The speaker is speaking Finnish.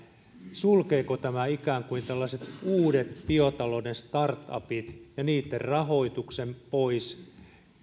sulkeeko tämä ikään kuin tällaiset uudet biotalouden startupit ja niiden rahoituksen pois